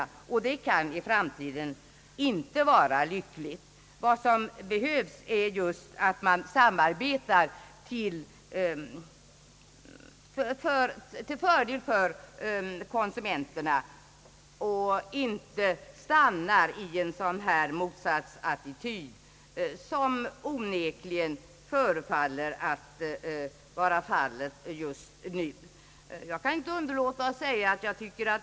Detta kan i framtiden inte vara nyttigt. Vad som behövs är just att man samarbetar till fördel för konsumenterna och inte stannar i en motsatsattityd som tycks vara fallet just nu.